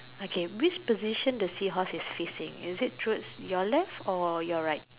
okay which position does his house is facing is it towards your left or your right